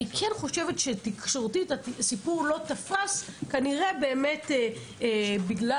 אני כן חושבת שתקשורתית הסיפור לא תפס כנראה באמת בגלל